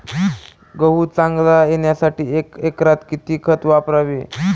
गहू चांगला येण्यासाठी एका एकरात किती खत वापरावे?